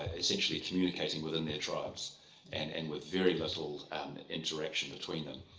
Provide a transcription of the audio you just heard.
ah essentially communicating within their tribes and and with very little interaction between them.